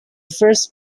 first